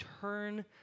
turn